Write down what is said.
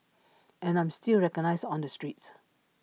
and I'm still recognised on the streets